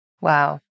Wow